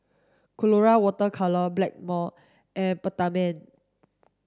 colora water colour Blackmore and Peptamen